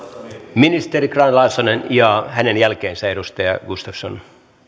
ministeri grahn laasonen ja hänen jälkeensä edustaja gustafsson